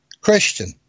Christian